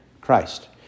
Christ